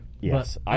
Yes